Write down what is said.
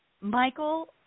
Michael